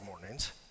mornings